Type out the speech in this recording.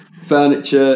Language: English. furniture